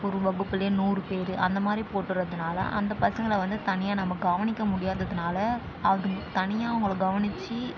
ஒரு வகுப்பிலே நூறு பேர் அந்தமாதிரி போட்டுறதுனால் அந்த பசங்களை வந்து தனியாக நம்ம கவனிக்க முடியாததுனால் அதுங் தனியாக அவங்களை கவனித்து